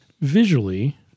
visually